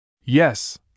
Yes